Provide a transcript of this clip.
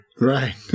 Right